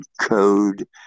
code